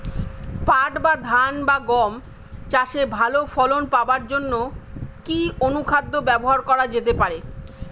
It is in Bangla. পাট বা ধান বা গম চাষে ভালো ফলন পাবার জন কি অনুখাদ্য ব্যবহার করা যেতে পারে?